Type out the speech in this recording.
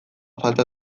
falta